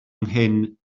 nghyn